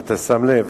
אם אתה שם לב